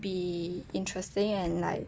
be interesting and like